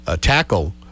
tackle